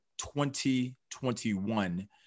2021